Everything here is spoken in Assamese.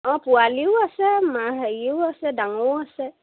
অঁ পোৱালিও আছে মা হেৰিও আছে ডাঙৰো আছে